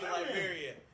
Liberia